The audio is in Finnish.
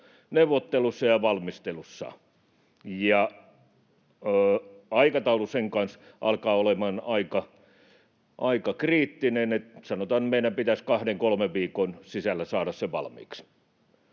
neuvottelussa ja valmistelussa, ja aikataulu sen kanssa alkaa olemaan aika kriittinen, niin että sanotaan nyt, että meidän pitäisi kahden kolmen viikon sisällä saada se valmiiksi.